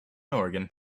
organ